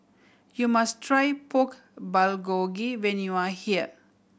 you must try Pork Bulgogi when you are here